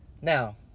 Now